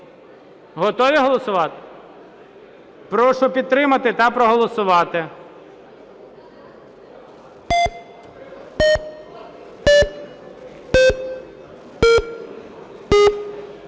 Готові голосувати? Прошу підтримати та проголосувати.